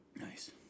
Nice